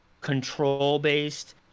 control-based